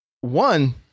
one